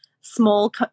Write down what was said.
small